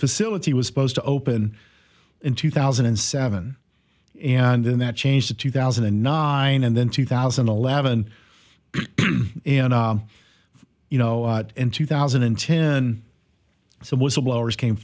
facility was supposed to open in two thousand and seven and then that changed to two thousand and nine and then two thousand and eleven and you know in two thousand and ten so whistleblowers came